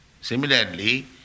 Similarly